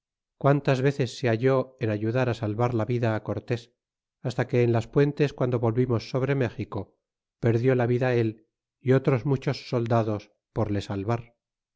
quntas veces se halló en ayudar salvar la vida á cortés hasta que en las puentes guando volvimos sobre méxico perdió la vida él y otros muchos soldados por le salvar